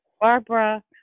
Barbara